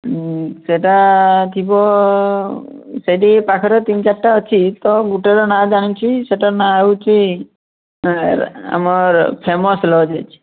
ସେଇଟା ଥିବ ସେଇଠି ପାଖରେ ତିନି ଚାରିଟା ଅଛି ତ ଗୋଟେର ନାଁ ଜାଣିଛି ସେଇଟାର ନାଁ ହେଉଛି ଆମର ଆମର ଫେମସ୍ ଲଜ୍ ଅଛି